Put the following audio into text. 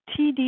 TD